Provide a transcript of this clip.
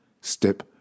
step